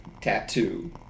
Tattoo